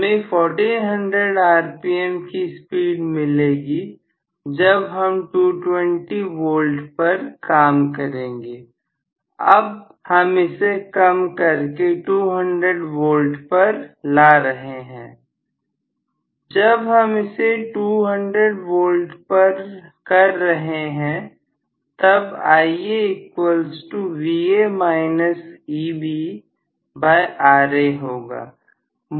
हमें 1400 rpm की speed मिलेगी जब हम 220V पर काम करेंगे अब हम इसे कम करके 200V पर ला रहे हैं जब हम इसे 200V कर रहे हैं तब होगा